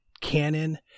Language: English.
canon